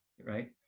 right